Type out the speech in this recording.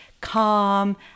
calm